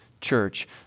church